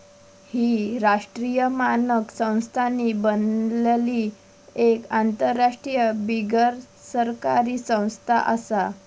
ही राष्ट्रीय मानक संस्थांनी बनलली एक आंतरराष्ट्रीय बिगरसरकारी संस्था आसा